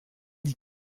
dit